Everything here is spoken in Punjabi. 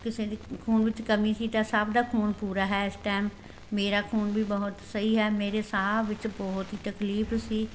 ਕਿਸੇ ਦੀ ਖੂਨ ਵਿੱਚ ਕਮੀ ਸੀ ਤਾਂ ਸਭ ਦਾ ਖੂਨ ਪੂਰਾ ਹੈ ਇਸ ਟਾਈਮ ਮੇਰਾ ਖੂਨ ਵੀ ਬਹੁਤ ਸਹੀ ਹੈ ਮੇਰੇ ਸਾਹ ਵਿੱਚ ਬਹੁਤ ਤਕਲੀਫ ਸੀ